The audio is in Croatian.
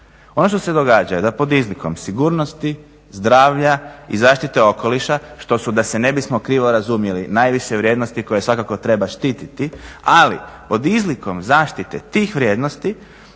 Ono što se događa je da pod izlikom sigurnosti, zdravlja i zaštite okoliša, što su da se ne bismo krivo razumjeli najviše vrijednosti koje svakako treba štititi, ali pod izlikom zaštite tih vrijednosti